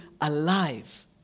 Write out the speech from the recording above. alive